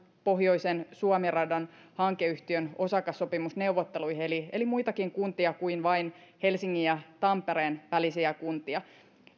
pohjoisen suomi radan hankeyhtiön osakassopimusneuvotteluihin muitakin kuntia kuin vain helsingin ja tampereen välisiä kuntia